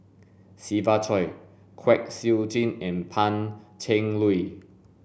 Siva Choy Kwek Siew Jin and Pan Cheng Lui